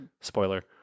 spoiler